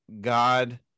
God